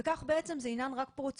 וכך זה בעצם רק עניין פרוצדורלי,